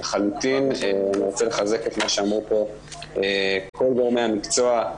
אני רוצה לחזק את מה שאמרו כל גורמי המקצוע,